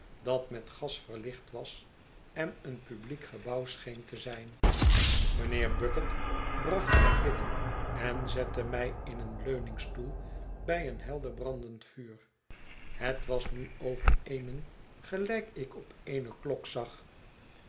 dat met gas verlicht was en een publiek gebouw scheen te zijn mijnheer bucket bracht mij binnen en zette mij in een leuningstoel bij een helder brandend vuur het was nu over eenen gelijk ik op eene klok zag